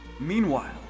Meanwhile